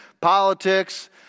politics